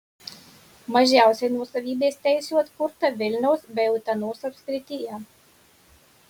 mažiausiai nuosavybės teisių atkurta vilniaus bei utenos apskrityje